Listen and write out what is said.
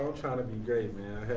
um trying to be great man.